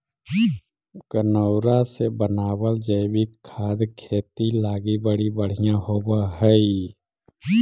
गनऔरा से बनाबल जैविक खाद खेती लागी बड़ी बढ़ियाँ होब हई